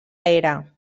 era